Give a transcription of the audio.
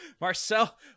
Marcel